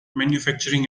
manufacturing